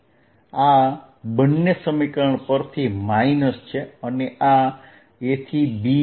આ આ બંને સમીકરણ પરથી માયનસ છે અને આ A થી B છે